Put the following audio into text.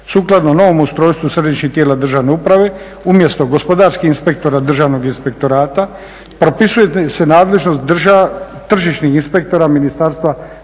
Sukladno novom ustrojstvu središnjih tijela Državne uprave umjesto gospodarskih inspektora Državnog inspektorata propisuje se nadležnost tržišnih inspektora Ministarstva